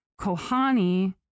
Kohani